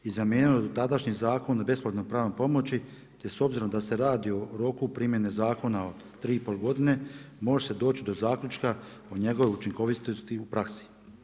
I zamijenio dotadašnji Zakon o besplatnoj pravnoj pomoći te s obzirom da se radi o roku primjene zakona od 3 i pol godine, može se doći do zaključka o njegovoj učinkovitosti u praksi.